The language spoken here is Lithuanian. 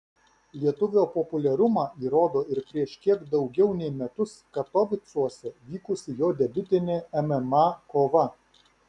lietuvio populiarumą įrodo ir prieš kiek daugiau nei metus katovicuose vykusi jo debiutinė mma kova